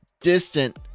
distant